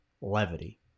Levity